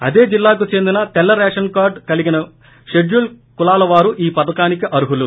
అదే జిల్లాకు చెందిన తెల్ల రేషన్ కార్లు కలిగిన పెడ్యూల్ కులాల వారు ఈ పధకానికి అర్థులు